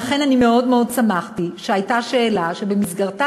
ואכן אני מאוד מאוד שמחתי שהייתה שאלה שבמסגרתה